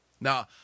now